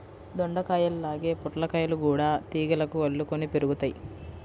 దొండకాయల్లాగే పొట్లకాయలు గూడా తీగలకు అల్లుకొని పెరుగుతయ్